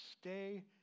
stay